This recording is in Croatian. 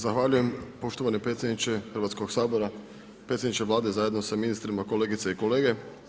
Zahvaljujem poštovani predsjedniče Hrvatskoga sabora, predsjedniče Vlade zajedno sa ministrima, kolegice i kolege.